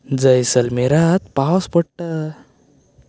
जैसलमेरांत पावस पडटा